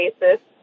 basis